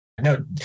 No